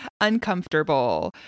uncomfortable